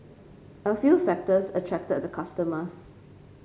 a few factors attracted the customers